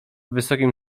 wysokim